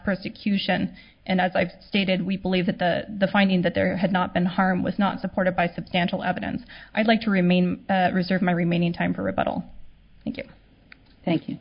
persecution and as i stated we believe that the finding that there had not been harm was not supported by substantial evidence i'd like to remain reserve my remaining time for about all thank you thank you